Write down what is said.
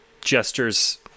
gestures